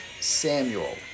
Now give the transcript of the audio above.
Samuel